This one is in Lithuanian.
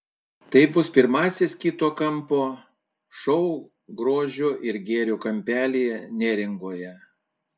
tai bus pirmasis kito kampo šou grožio ir gėrio kampelyje neringoje